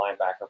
linebacker